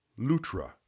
Lutra